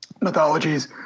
mythologies